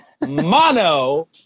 Mono